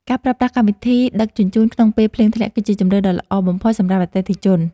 ការប្រើប្រាស់កម្មវិធីដឹកជញ្ជូនក្នុងពេលភ្លៀងធ្លាក់ គឺជាជម្រើសដ៏ល្អបំផុតសម្រាប់អតិថិជន។